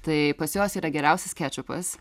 tai pas juos yra geriausias kečupas